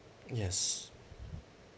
yes